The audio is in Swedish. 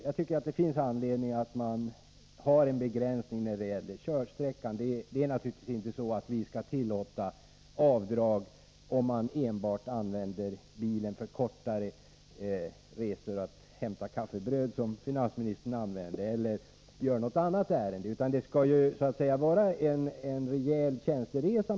Jag tycker att det finns anledning att ha en begränsning av avdragsrätten i vad gäller körsträckan. Vi skall naturligtvis inte tillåta avdrag för den som använder bilen enbart för kortare resor —t.ex. för att hämta kaffebröd, som finansministern nämnde, eller för liknande ärenden — utan det skall vara fråga om rejäla tjänsteresor.